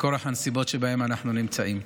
מכורח הנסיבות שבהן אנחנו נמצאים.